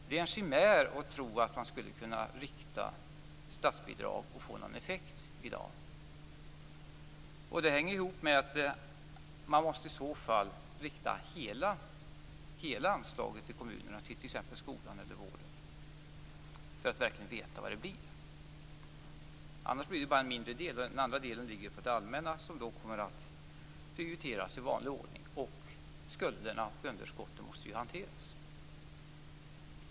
Det är en chimär att tro att man skulle kunna rikta statsbidrag och få någon effekt i dag. Det hänger ihop med att man i så fall måste rikta hela anslaget till kommunerna till t.ex. skolan eller vården för att verkligen veta vad det blir. Om inte blir det bara en mindre del. Den andra delen ligger på det allmänna, som kommer att prioriteras i vanlig ordning. Skulderna och underskotten måste hanteras.